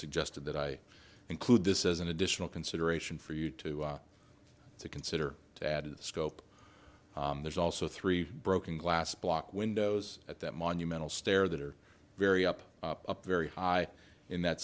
suggested that i include this as an additional consideration for you to consider to add scope there's also three broken glass block windows at that monumental stair that are very up up very high in that